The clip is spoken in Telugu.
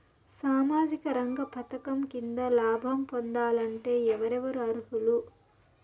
సామాజిక రంగ పథకం కింద లాభం పొందాలంటే ఎవరెవరు అర్హులు?